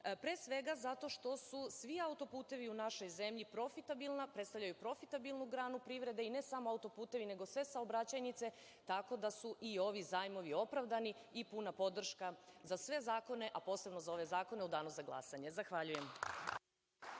Pre svega, zato što su svi autoputevi u našoj zemlji, profitabilni, predstavljaju profitabilnu granu privrede i ne samo autoputevi, nego sve saobraćajnice. Tako da su ovi zajmovi opravdani i puna podrška za sve zakone, a posebno za ove zakone u Danu za glasanje. Zahvaljujem.